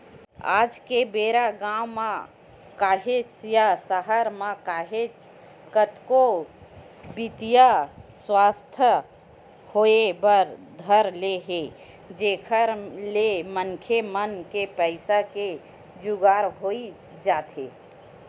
आज के बेरा गाँव म काहस या सहर म काहस कतको बित्तीय संस्था होय बर धर ले हे जेखर ले मनखे मन के पइसा के जुगाड़ होई जाथे